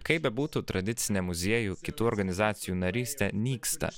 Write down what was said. kaip bebūtų tradicinė muziejų kitų organizacijų narystė nyksta